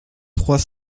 trois